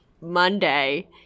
Monday